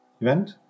event